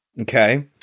Okay